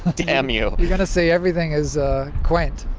damn you! you're going to see everything as ah quaint.